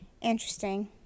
Interesting